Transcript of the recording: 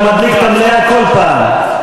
אתה מדליק את המליאה כל פעם.